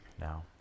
now